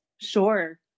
Sure